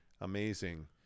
amazing